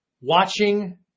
watching